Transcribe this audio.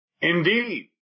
Indeed